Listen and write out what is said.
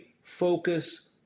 Focus